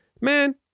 man